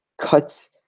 cuts